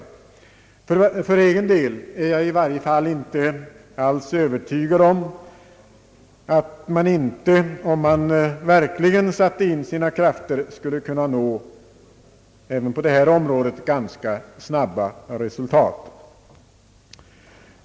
För egen del är jag i varje fall inte övertygad om att man, om man verkligen satte in sina krafter, inte även på detta område ganska snabbt skulle kunna nå resultat.